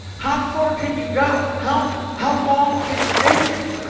how far can you go? how how long can you make it?